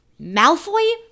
Malfoy